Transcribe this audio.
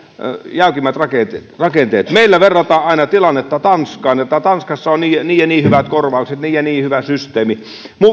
jäykimmät rakenteet rakenteet meillä verrataan aina tilannetta tanskaan että tanskassa on niin ja niin hyvät kor vaukset niin ja niin hyvä systeemi